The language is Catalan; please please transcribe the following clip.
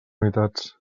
unitats